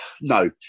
No